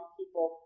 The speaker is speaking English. people